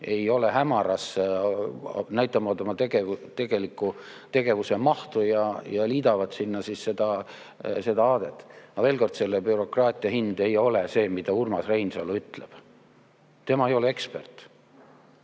ei ole hämaras, näitavad oma tegelikku tegevuse mahtu ja liidavad sinna siis seda aadet. Veel kord, selle bürokraatia hind ei ole see, mida Urmas Reinsalu ütleb. Tema ei ole ekspert.